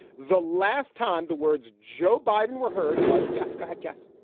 the last time the words joe biden were heard was gasca had guests.